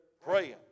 praying